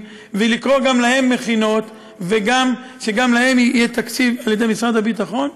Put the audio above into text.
ולקרוא גם להם מכינות ושגם להם יהיה תקציב על-ידי משרד הביטחון,